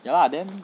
ya lah then